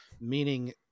meaning